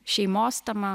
šeimos tema